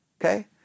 Okay